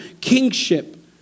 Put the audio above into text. kingship